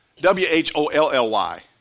W-H-O-L-L-Y